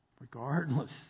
regardless